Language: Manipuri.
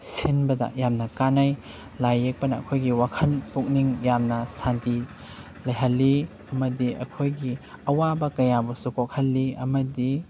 ꯁꯤꯟꯕꯗ ꯌꯥꯝꯅ ꯀꯥꯟꯅꯩ ꯂꯥꯏ ꯌꯦꯛꯄꯅ ꯑꯩꯈꯣꯏꯒꯤ ꯋꯥꯈꯜ ꯄꯨꯛꯅꯤꯡ ꯌꯥꯝꯅ ꯁꯥꯟꯇꯤ ꯂꯩꯍꯜꯂꯤ ꯑꯃꯗꯤ ꯑꯩꯈꯣꯏꯒꯤ ꯑꯋꯥꯕ ꯀꯌꯥꯕꯨꯁꯨ ꯀꯣꯛꯍꯜꯂꯤ ꯑꯃꯗꯤ